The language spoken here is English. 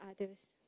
others